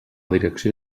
direcció